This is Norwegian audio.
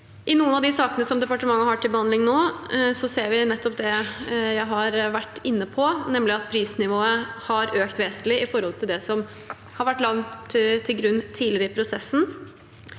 I noen av de sakene som departementet har til behandling nå, ser vi nettopp det jeg har vært inne på, nemlig at prisnivået har økt vesentlig i forhold til det som har vært lagt til grunn tidligere i prosessen.